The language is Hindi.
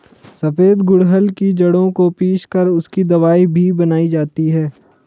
सफेद गुड़हल की जड़ों को पीस कर उसकी दवाई भी बनाई जाती है